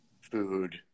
food